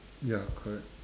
ya correct